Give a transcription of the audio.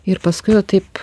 ir paskui jau taip